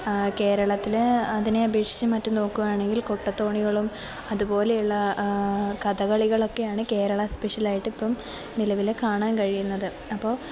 കേരളത്തില് അതിനെ അപേക്ഷിച്ച് മറ്റും നോക്കുകയാണെങ്കിൽ കൊട്ടത്തോണികളും അതുപോലെയുള്ള കഥകളികളൊക്കെയാണ് കേരള സ്പെഷ്യലായിട്ട് ഇപ്പം നിലവില് കാണാൻ കഴിയുന്നത് അപ്പോള്